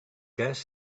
gas